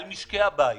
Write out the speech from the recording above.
על משקי הבית.